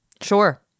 Sure